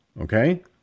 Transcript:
Okay